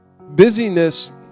busyness